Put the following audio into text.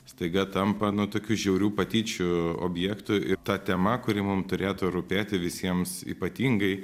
staiga tampa nu tokių žiaurių patyčių objektu ir ta tema kuri mum turėtų rūpėti visiems ypatingai